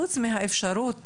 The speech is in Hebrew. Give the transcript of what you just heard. חוץ מהאפשרות